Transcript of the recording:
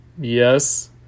Yes